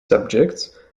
subjects